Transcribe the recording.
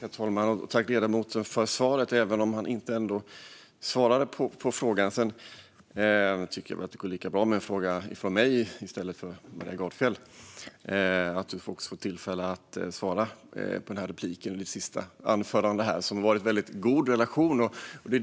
Herr talman! Jag vill tacka ledamoten för svaret även om han inte svarade på frågan. Jag tycker väl att det går lika bra med en fråga från mig som från Maria Gardfjell och vill ge dig tillfälle att i ditt sista anförande svara på den fråga jag ställde i repliken. Det har varit en väldigt god relation.